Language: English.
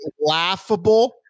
laughable